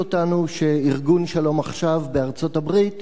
אותנו שארגון "שלום עכשיו" בארצות-הברית